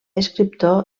escriptor